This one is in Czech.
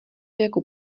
jako